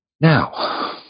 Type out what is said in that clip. Now